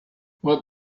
what